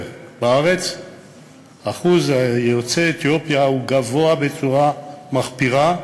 בארץ אחוז יוצאי אתיופיה הוא גבוה בצורה מחפירה,